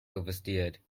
oversteered